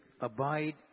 abide